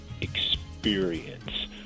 experience